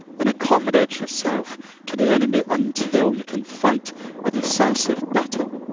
and accommodate yourself to the enemy until you can fight a decisive battle.